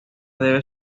debe